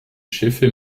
schiffe